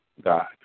God